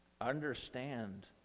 understand